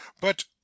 but